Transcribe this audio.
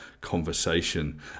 conversation